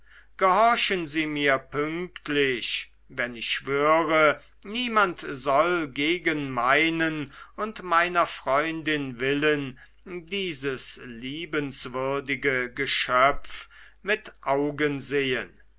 gehorchen sie mir pünktlich denn ich schwöre niemand soll gegen meinen und meiner freundin willen dieses liebenswürdige geschöpf mit augen sehen